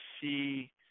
see